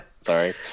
sorry